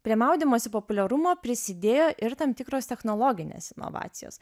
prie maudymosi populiarumo prisidėjo ir tam tikros technologinės inovacijos